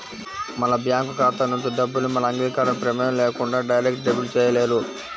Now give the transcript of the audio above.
మన బ్యేంకు ఖాతా నుంచి డబ్బుని మన అంగీకారం, ప్రమేయం లేకుండా డైరెక్ట్ డెబిట్ చేయలేరు